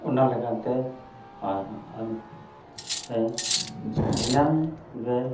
ᱚᱱᱟ ᱞᱮᱠᱟᱛᱮ ᱟᱨ ᱫᱤᱱᱟᱹᱢ ᱜᱮ